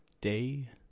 Day